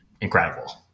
incredible